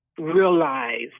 realized